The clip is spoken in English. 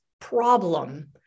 problem